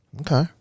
Okay